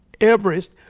Everest